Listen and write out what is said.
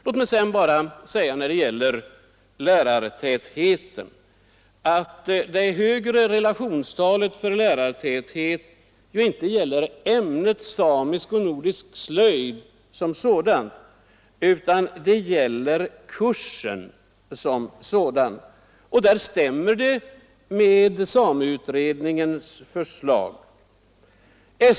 När det gäller lärartätheten vill jag påpeka att det högre relationstalet för denna inte gäller ämnet samisk och nordisk slöjd utan kursen som sådan. Detta stämmer med sameutredningens förslag.